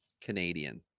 Canadian